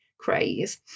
craze